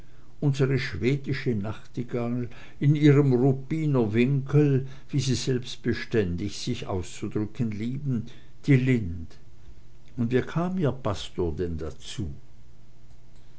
unsre schwedische nachtigall in ihrem ruppiner winkel wie sie selbst beständig sich auszudrücken lieben die lind und wie kam ihr pastor dazu